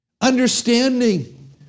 understanding